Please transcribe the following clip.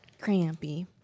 Crampy